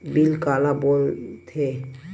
Bill काला बोल थे?